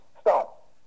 stop